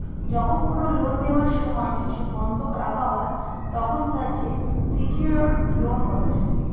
যখন কোন লোন নেওয়ার সময় কিছু বন্ধক রাখা হয়, তখন তাকে সিকিওরড লোন বলে